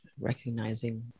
recognizing